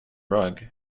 rug